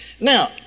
Now